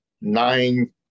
nine